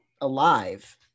alive